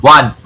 One